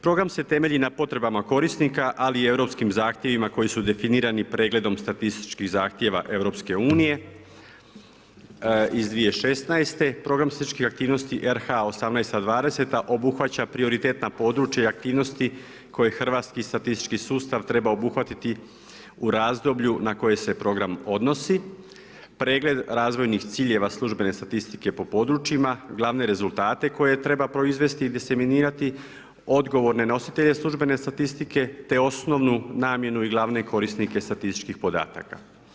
Program se temelji na potrebama korisnika, ali i europskim zahtjevima koji su definirani pregledom statističkih zahtjeva EU iz 2016., program statističkih aktivnosti RH 2018.-2020. obuhvaća prioritetna područja i aktivnosti koje hrvatski statistički sustav treba obuhvatiti u razdoblju na koje se program odnosi, pregled razvojnih ciljeva službene statistike po područjima, glavne rezultate koje treba proizvesti i disminirati, odgovorne nositelje službene statistike te osnovnu namjenu i glavne korisnike statističkih podataka.